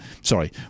sorry